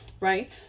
Right